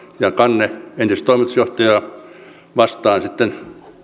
ja kanne entistä toimitusjohtajaa vastaan sitten